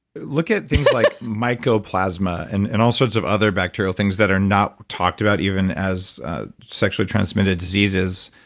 look at things like mycoplasma, and and all sorts of other bacterial things that are not talked about, even as sexually transmitted diseases.